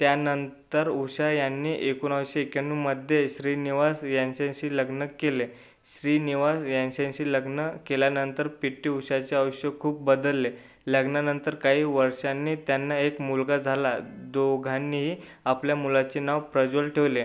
त्यानंतर उषा यांनी एकोणावीसशे एक्याण्णवमध्ये श्रीनिवास यांच्याशी लग्न केले श्रीनिवास यांच्याशी लग्न केल्यानंतर पी ट्टी उषाचे आयुष्य खूप बदलले लग्नानंतर काही वर्षांनी त्यांना एक मुलगा झाला दोघांनीही आपल्या मुलाचे नाव प्रज्वल ठेवले